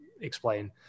explain